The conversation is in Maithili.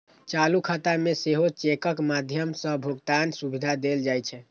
चालू खाता मे सेहो चेकक माध्यम सं भुगतानक सुविधा देल जाइ छै